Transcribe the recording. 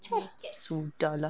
!chey! sudah lah